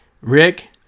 Rick